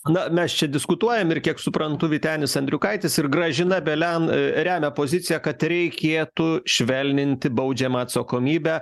na mes čia diskutuojam ir kiek suprantu vytenis andriukaitis ir gražina belian remia poziciją kad reikėtų švelninti baudžiamą atsakomybę